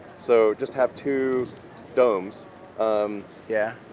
so, just have two domes um yeah.